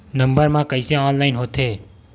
Number मा कइसे online होथे?